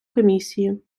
комісії